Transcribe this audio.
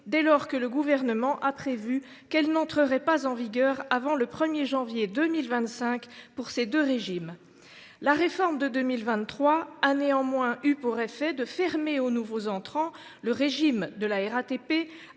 dès lors que le Gouvernement a prévu qu’elle n’entrerait pas en vigueur avant le 1 janvier 2025 pour ces deux régimes. La réforme de 2023 a néanmoins eu pour effet de fermer aux nouveaux entrants le régime de la RATP